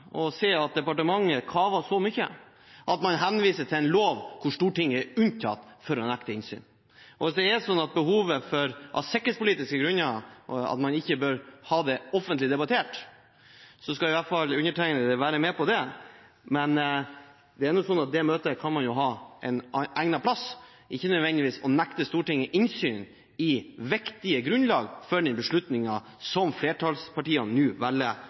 å se at departementet kaver så mye at man henviser til en lov hvor Stortinget nektes innsyn. Hvis man av sikkerhetspolitiske grunner ikke bør ha dette offentlig debattert, skal i hvert fall undertegnede være med på det. Men et slikt møte kan man jo ha et egnet sted – og ikke nødvendigvis nekte Stortinget innsyn i viktige grunnlag for den beslutningen som flertallspartiene nå velger